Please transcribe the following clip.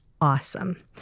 awesome